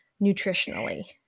nutritionally